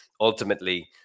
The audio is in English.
Ultimately